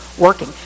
working